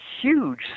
huge